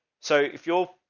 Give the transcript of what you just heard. so if you're.